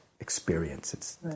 experience